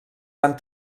van